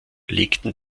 legten